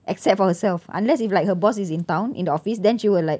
except for herself unless if like her boss is in town in the office then she will like